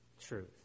truth